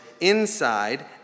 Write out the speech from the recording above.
inside